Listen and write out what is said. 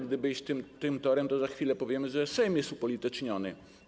Gdyby iść tym torem, to za chwilę powiemy, że Sejm jest upolityczniony.